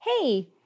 hey